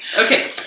Okay